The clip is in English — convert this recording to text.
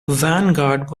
vanguard